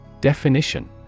Definition